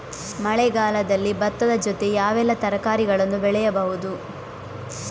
ಮಳೆಗಾಲದಲ್ಲಿ ಭತ್ತದ ಜೊತೆ ಯಾವೆಲ್ಲಾ ತರಕಾರಿಗಳನ್ನು ಬೆಳೆಯಬಹುದು?